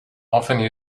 often